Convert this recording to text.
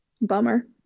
Bummer